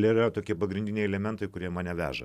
tai yra tokie pagrindiniai elementai kurie mane veža